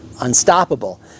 Unstoppable